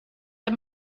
der